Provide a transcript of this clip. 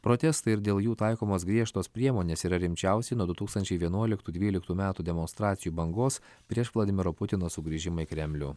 protestai ir dėl jų taikomos griežtos priemonės yra rimčiausiai nuo du tūkstančiai vienuoliktų dvyliktų metų demonstracijų bangos prieš vladimiro putino sugrįžimą į kremlių